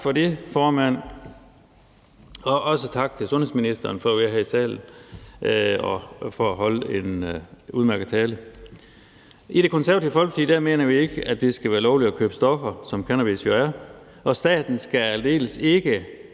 Tak for det, formand. Også tak til sundhedsministeren for at være her i salen og holde en udmærket tale. I Det Konservative Folkeparti mener vi ikke, det skal være lovligt at købe stoffer, som cannabis jo er, og staten skal aldeles ikke